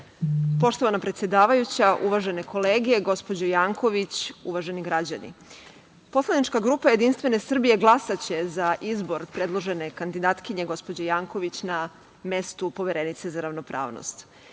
predsedavajuća, uvažene kolege, gospođo Janković, uvaženi građani, poslanička grupa JS glasaće za izbor predložene kandidatkinje, gospođe Janković, na mestu Poverenice za ravnopravnost. Smatramo